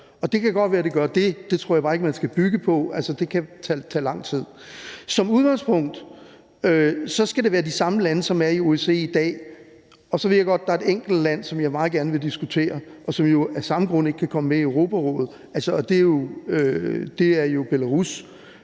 Det kan godt være, at det gør det; det tror jeg bare ikke man skal bygge noget på. Det kan tage lang tid. Som udgangspunkt skal det være de samme lande, som er i OSCE i dag, og så er der et enkelt land – det ved jeg godt – som jeg meget gerne vil diskutere, og som jo af samme grund ikke kan komme med i Europarådet, og det er Belarus.